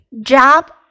job